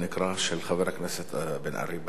של חבר הכנסת בן-ארי בעניין הזה.